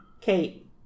Kate